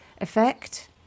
effect